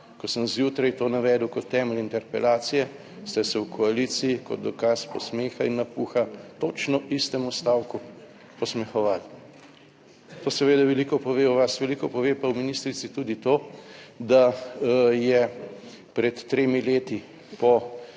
Ko sem zjutraj to navedel kot temelj interpelacije ste se v koaliciji kot dokaz posmeha in napuha točno istemu stavku posmehovali. To seveda veliko pove o vas. Veliko pove pa o ministrici tudi to, da je pred tremi leti po